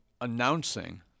announcing